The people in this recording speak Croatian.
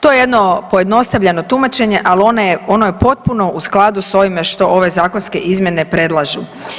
To je jedno pojednostavljeno tumačenje, ali ono je potpuno u skladu s ovime što ove zakonske izmjene predlažu.